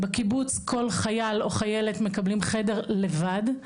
בקיבוץ כל חייל או חיילת מקבלים חדר לבד,